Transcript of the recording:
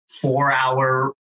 four-hour